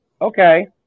okay